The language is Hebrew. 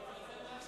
התשס"ט 2009,